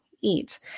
eat